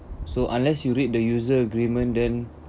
so unless you read the user agreement then